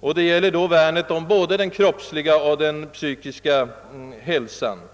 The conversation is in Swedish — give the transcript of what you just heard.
Och det gäller då värnet om både den kroppsliga och psykiska hälsan.